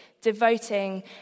devoting